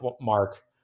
mark